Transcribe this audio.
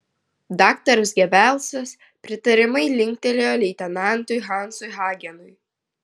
daktaras gebelsas pritariamai linktelėjo leitenantui hansui hagenui